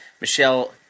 Michelle